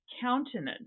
countenance